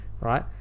Right